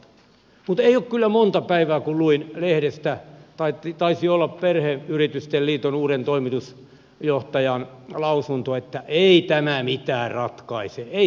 mutta ei ole kyllä monta päivää kun luin lehdestä taisi olla perheyritysten liiton uuden toimitusjohtajan lausunto että ei tämä mitään ratkaise ei tämä mihinkään riitä